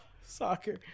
soccer